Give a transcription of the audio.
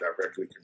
directly